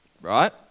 right